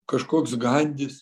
kažkoks gandis